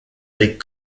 des